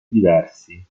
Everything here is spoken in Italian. diversi